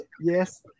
Yes